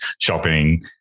shopping